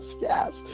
yes